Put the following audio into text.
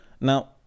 Now